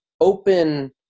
open